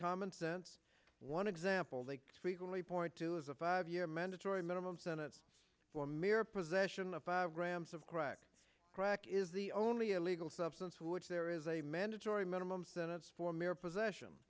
common sense one example they frequently point to is a five year mandatory minimum sentence for a mere possession of five grams of crack crack is the only illegal substance which there is a mandatory minimum sentence for mere possession